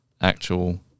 actual